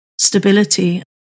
stability